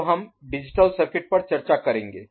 अब हम digital circuit पर चर्चा करेंगे